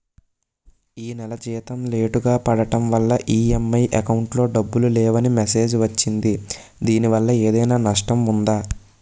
ఈ నెల జీతం లేటుగా పడటం వల్ల ఇ.ఎం.ఐ అకౌంట్ లో డబ్బులు లేవని మెసేజ్ వచ్చిందిదీనివల్ల ఏదైనా నష్టం ఉందా?